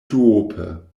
duope